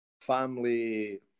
family